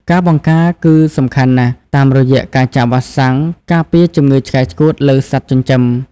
ការបង្ការ គឺសំខាន់ណាស់ តាមរយៈការចាក់វ៉ាក់សាំងការពារជំងឺឆ្កែឆ្កួតលើសត្វចិញ្ចឹម។